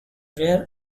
rear